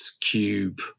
cube